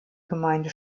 gemeinde